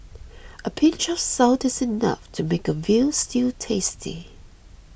a pinch of salt is enough to make a Veal Stew tasty